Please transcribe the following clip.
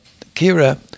Kira